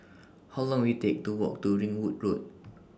How Long Will IT Take to Walk to Ringwood Road